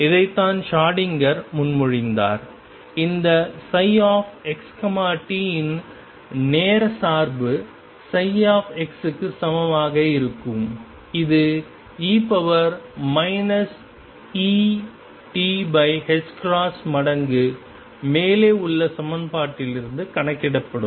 இதைத்தான் ஷ்ரோடிங்கர் முன்மொழிந்தார் இந்த ψxt இன் நேர சார்பு ψ க்கு சமமாக இருக்கும் இது e iEt மடங்கு மேலே உள்ள சமன்பாட்டிலிருந்து கணக்கிடப்படும்